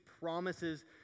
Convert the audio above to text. promises